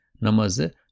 namazı